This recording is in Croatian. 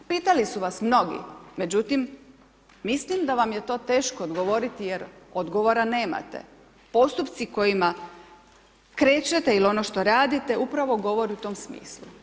Pitali su vas mnogi, međutim, mislim da vam je to teško odgovoriti jer odgovara nemate, postupcima kojima krećete il ono što radite, upravo govori u tom smislu.